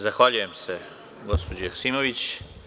Zahvaljujem se, gospođo Joksimović.